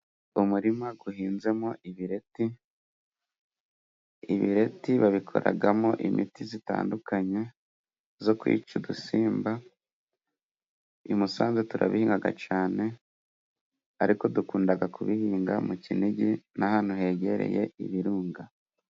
Umurima guhinzemo ibireti. Ibireti babikoragamo imiti zitandukanye zo kwica udusimba. I Musanze turabingaga cane, ariko dukundaga kubihinga mu Kinigi, na hantu hegereye Ibirunga.